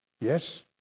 Yes